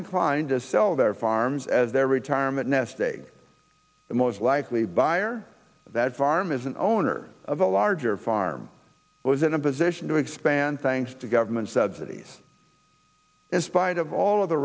inclined to sell their farms as their retirement nest egg the most likely buyer that farm is an owner of a larger farm was in a position to expand thanks to government subsidies in spite of all of the